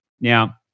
Now